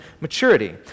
maturity